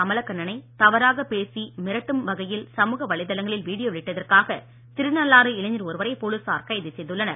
கமலக்கண்ணனை தவறாகப் பேசி மிரட்டும் வகையில் சமூக வலைதளங்களில் வீடியோ வெளியிட்டதற்காக திருநள்ளாறு இளைஞர் ஒருவரை போலீசார் கைது செய்துள்ளனர்